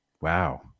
wow